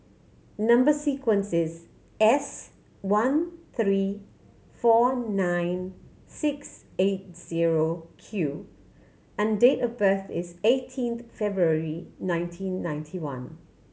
number sequence is S one three four nine six eight zero Q and date of birth is eighteen February nineteen ninety one